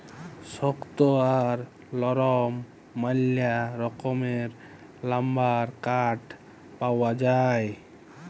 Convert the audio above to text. শক্ত আর লরম ম্যালা রকমের লাম্বার কাঠ পাউয়া যায়